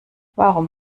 warum